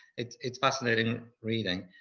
it's it's fascinating reading.